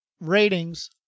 ratings